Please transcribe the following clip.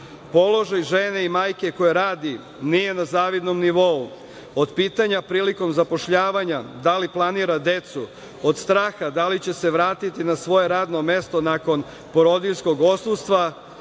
Srbije. Položaj žene i majke koja radi nije na zavidnom nivou, od pitanja prilikom zapošljavanja da li planira decu, od straha da li će se vratiti na svoje radno mesto nakon porodiljskog odsustva,